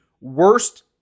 worst